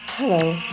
Hello